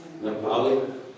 Nepali